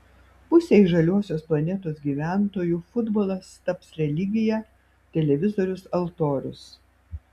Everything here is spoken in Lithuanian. pusei žaliosios planetos gyventojų futbolas taps religija televizorius altorius